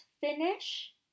finish